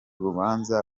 rubanza